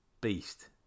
beast